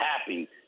happy